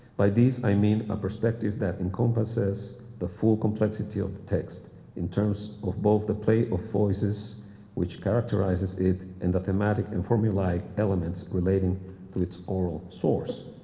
by this i mean ah perspective that encompasses the full complexity of the text in terms of both the play of voices which characterizes it and the thematic and formulaic elements relating to its oral source.